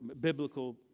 biblical